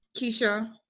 Keisha